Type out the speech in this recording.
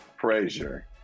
Frazier